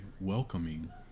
welcoming